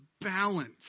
balance